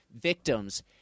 victims